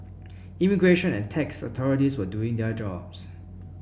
immigration and tax authorities were doing their jobs